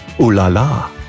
ooh-la-la